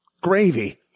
Gravy